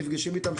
נפגשים איתם,